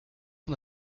son